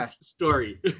story